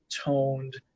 toned